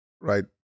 right